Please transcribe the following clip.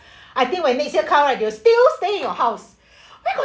I think when next year come right they will still stay in your house where got